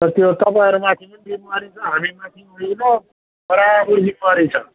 र त्यो तपाईँहरूमाथि पनि जिम्मेवारी छ हामीमाथि पनि छ बराबर जिम्मेवारी छ